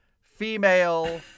Female